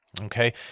Okay